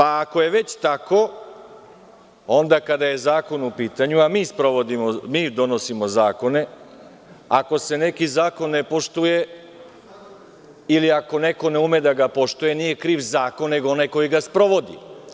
Ako je već tako, onda kada je zakon u pitanju, a mi donosimo zakone, ako se neki zakon ne poštuje, ili ako neko ne ume da ga poštuje, nije kriv zakon nego onaj koji ga sprovodi.